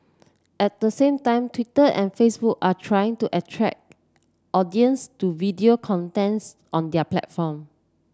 at the same time Twitter and Facebook are trying to attract audiences to video contents on their platform